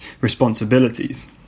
responsibilities